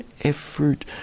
effort